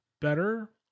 better